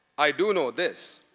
i do know this.